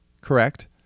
correct